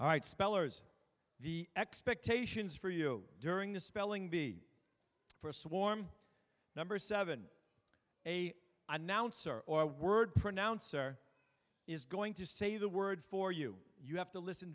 right spellers the expectations for you during the spelling bee for swarm number seven a announcer or word pronouncer is going to say the word for you you have to listen